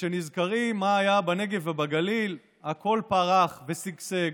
וכשנזכרים מה היה בנגב ובגליל, הכול פרח ושגשג.